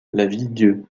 lavilledieu